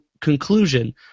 conclusion